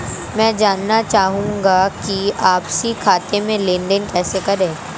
मैं जानना चाहूँगा कि आपसी खाते में लेनदेन कैसे करें?